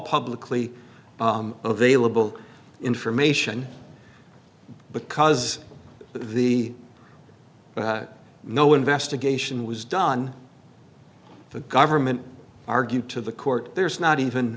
publicly available information because the no investigation was done the government argued to the court there's not even